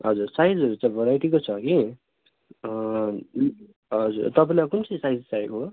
हजुर साइजहरू त भेराइटीको छ कि हजुर तपाईँलाई कुन चाहिँ साइज चाहिएको